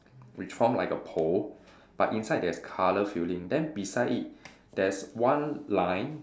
which form like a pole but inside there's colour filling then beside it there's one line